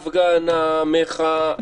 הפגנה, מחאה.